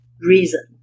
reason